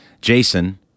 Jason